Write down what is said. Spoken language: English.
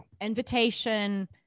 invitation